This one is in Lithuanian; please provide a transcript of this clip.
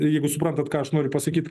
jeigu suprantat ką aš noriu pasakyt